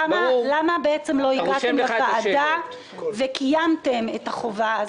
למה בעצם לא הגעתם לוועדה וקיימתם את החובה?